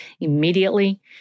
immediately